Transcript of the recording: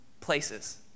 places